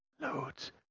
loads